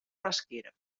rasquera